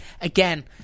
Again